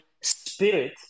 spirit